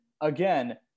again